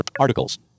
articles